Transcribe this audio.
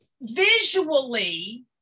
visually